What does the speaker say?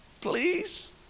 please